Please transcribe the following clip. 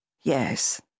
Yes